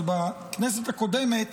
אבל בכנסת הקודמת